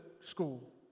school